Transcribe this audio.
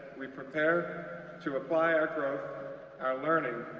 we prepare to apply our growth, our learning,